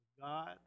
God